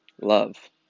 love